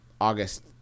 August